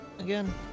again